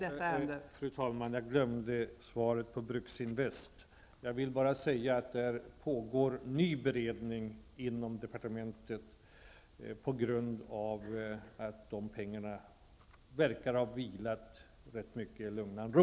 Beträffande Bruksinvest AB vill jag bara säga att det inom departementet pågår en ny beredning, eftersom pengarna verkar ha vilat rätt mycket i lugn och ro.